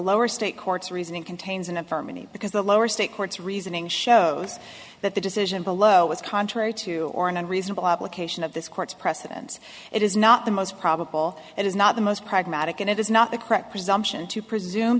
lower state courts reasoning contains an affirmative because the lower state courts reasoning shows that the decision below was contrary to or an unreasonable application of this court's precedents it is not the most probable it is not the most pragmatic and it is not the correct presumption to presume